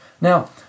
Now